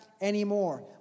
anymore